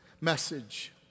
message